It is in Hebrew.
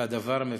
והדבר מבורך.